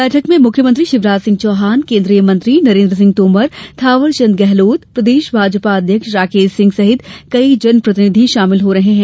बैठक में मुख्यमंत्री शिवराज सिंह चौहान केन्द्रीय मंत्री नरेन्द्र सिंह तोमर थावरचंद गेहलोत प्रदेश भाजपा अध्यक्ष राकेश सिंह सहित कई जनप्रतिनिधि शामिल हो रहे हैं